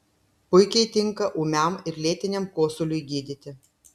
puikiai tinka ūmiam ir lėtiniam kosuliui gydyti